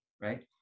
right